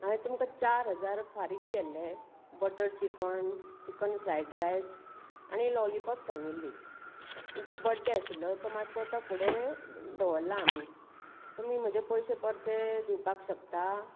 हांवें तुमकां चार हजार फारीक केल्ले butter chicken chicken fried rice आनी लॉलीपॉप सांगिल्लीं आमचो बड्डे आशिल्लो तो मात्सो आतां फुडें दवरला आमी तुमी म्हजे पयशे परते दिवपाक शकता